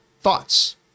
thoughts